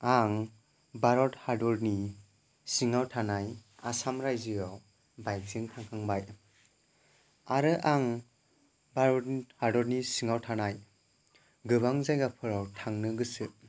आं भारत हादरनि सिङाव थानाय आसाम रायजोआव बाइकजों थांखांबाय आरो आं भारत हादरनि सिङाव थानाय गोबां जायगाफोराव थांनो गोसो